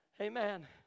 Amen